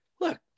look